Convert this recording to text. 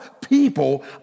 people